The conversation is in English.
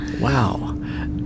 Wow